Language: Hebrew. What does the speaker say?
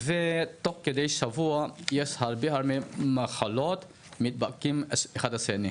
ותוך שבוע יש הרבה מחלות שגם אנשים נדבקים אחד מהשני.